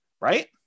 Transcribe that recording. right